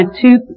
two